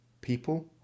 people